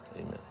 Amen